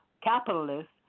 capitalists